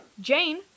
Jane